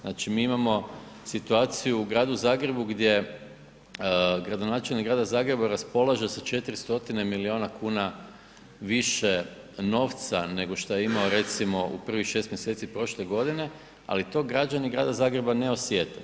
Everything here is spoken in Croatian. Znači mi imamo situaciju u gradu Zagrebu gdje gradonačelnik grada Zagreba raspolaže sa 400 milijuna kuna više novaca nego šta je imao recimo u prvih šest mjeseci prošle godine, ali to građani grada Zagreba ne osjete.